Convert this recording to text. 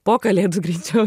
po kalėdų greičiau